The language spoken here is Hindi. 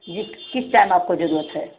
गिफ्ट किस टाइम आपको ज़रूरत है